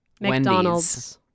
McDonald's